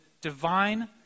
divine